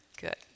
good